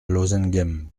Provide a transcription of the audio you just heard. lozinghem